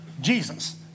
Jesus